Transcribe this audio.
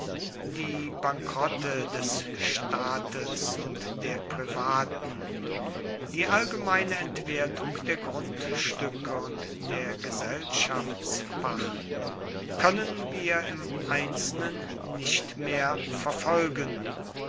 die bankrotte des staates und der privaten die allgemeine entwertung der grundstücke und der gesellschaftsparten können wir im einzelnen nicht mehr verfolgen